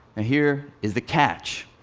here is the catch.